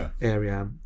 area